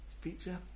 feature